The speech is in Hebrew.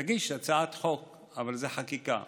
תגיש הצעת חוק, זו חקיקה.